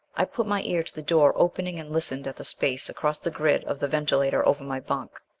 i put my ear to the door opening and listened at the space across the grid of the ventilator over my bunk.